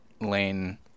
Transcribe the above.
Lane –